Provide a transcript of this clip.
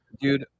dude